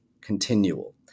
continual